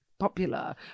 popular